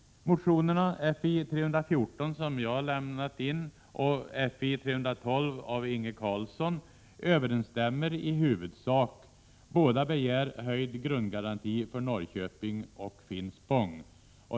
Motionerna Fi3l4, som jag har väckt, och Fi312 av Inge Carlsson överensstämmer i huvudsak. I båda begärs höjd grundgaranti för Norrköping och Finspång.